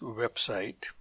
website